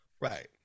Right